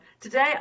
Today